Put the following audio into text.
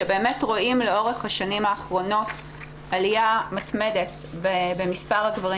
שבאמת רואים לאורך השנים האחרונות עלייה מתמדת במספר הגברים